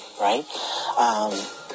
right